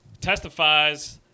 testifies